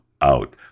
out